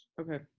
Okay